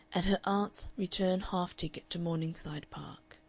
and her aunt's return half ticket to morningside park.